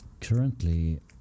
currently